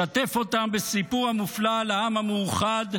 שתף אותם בסיפור המופלא על העם המאוחד,